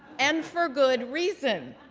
and for good reason.